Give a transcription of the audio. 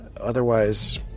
Otherwise